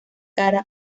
cara